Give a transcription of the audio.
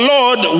Lord